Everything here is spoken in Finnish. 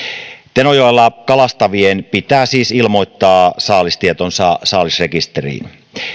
tenojoella kalastavien pitää siis ilmoittaa saalistietonsa saalisrekisteriin